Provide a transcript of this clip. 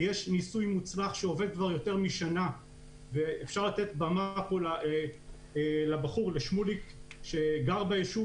יש ניסוי מוצלח שעובד כבר יותר משנה ואפשר לתת במה לשמוליק שגר בישוב